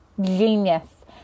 genius